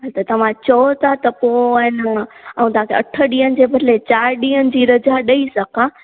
ते तव्हां चयो था त पोइ आहे न आउं तव्हांखे अठ ॾींहंनि जे बदिले चारि ॾींहंनि जी रजा ॾेई सघा